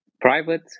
private